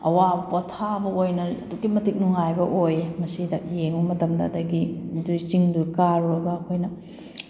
ꯑꯋꯥꯕ ꯄꯣꯊꯥꯕ ꯑꯣꯏꯅ ꯑꯗꯨꯛꯀꯤ ꯃꯇꯤꯛ ꯅꯨꯡꯉꯥꯏꯕ ꯑꯣꯏꯌꯦ ꯃꯁꯤꯗ ꯌꯦꯡꯉꯨꯕ ꯃꯇꯝꯗ ꯑꯗꯒꯤ ꯑꯗꯨꯏ ꯆꯤꯡꯗꯨ ꯀꯥꯔꯨꯔꯒ ꯑꯩꯈꯣꯏꯅ